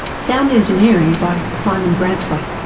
sound engineering by simon branthwaite.